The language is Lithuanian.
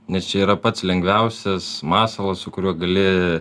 nes čia yra pats lengviausias masalas su kuriuo gali